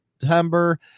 September